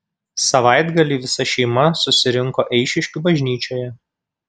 savaitgalį visa šeima susirinko eišiškių bažnyčioje